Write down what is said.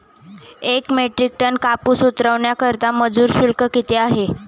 एक metric tonne कापूस उतरवण्याकरता मजूर शुल्क किती आहे?